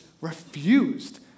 refused